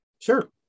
sure